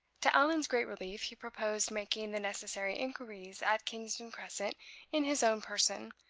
to allan's great relief, he proposed making the necessary inquiries at kingsdown crescent in his own person,